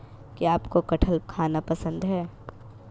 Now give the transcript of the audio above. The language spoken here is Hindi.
क्या आपको कठहल खाना पसंद है?